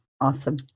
Awesome